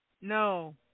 No